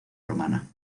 romana